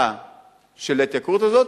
התוצאה של ההתייקרות הזאת,